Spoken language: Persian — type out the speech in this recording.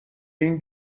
این